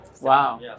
Wow